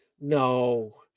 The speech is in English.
No